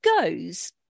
goes